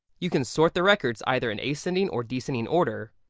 you can sort the records either in ascending or descending order.